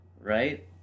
Right